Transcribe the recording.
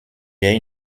jay